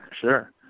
Sure